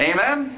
Amen